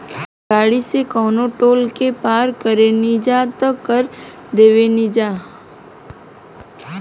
गाड़ी से कवनो टोल के पार करेनिजा त कर देबेनिजा